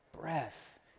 breath